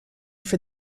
for